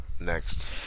next